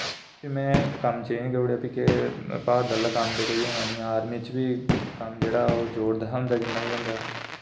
फ्ही में कम्म चेंज करी ओड़ेआ फ्ही के भार आह्ला कम्म ते कोई होना नि ऐ आर्मी च बी कम्म जेह्ड़ा ओह् जोर दा होंदा जिन्ना बी होंदा